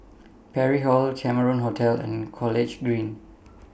Parry Hall Cameron Hotel and College Green